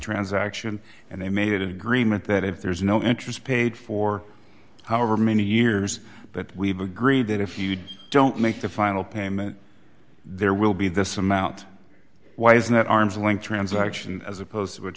transaction and they made an agreement that if there's no interest paid for however many years but we've agreed that if you don't make the final payment there will be this amount why isn't that arm's length transaction as opposed to what